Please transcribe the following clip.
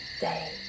day